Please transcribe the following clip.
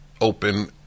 open